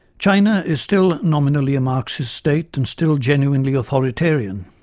china is still nominally a marxist state, and still genuinely authoritarian.